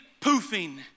poofing